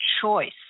choice